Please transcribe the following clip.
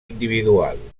individual